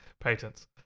Patents